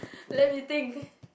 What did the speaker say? let me think